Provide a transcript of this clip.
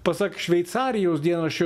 pasak šveicarijos dienraščio